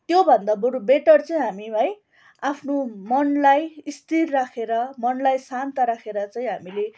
त्योभन्दा बरू बेटर चाहिँ हामी है आफ्नो मनलाई स्थिर राखेर मनलाई शान्त राखेर चाहिँ हामीले